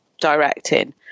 directing